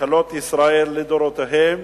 ממשלות ישראל לדורותיהן,